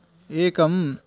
एकम्